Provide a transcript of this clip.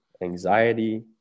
anxiety